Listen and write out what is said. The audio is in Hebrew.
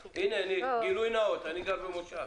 גילוי נאות: אני גר במושב.